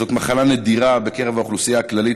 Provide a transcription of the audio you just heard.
זאת מחלה נדירה בקרב האוכלוסייה הכללית,